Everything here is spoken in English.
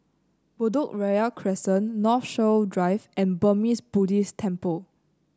Bedok Ria Crescent Northshore Drive and Burmese Buddhist Temple